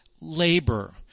labor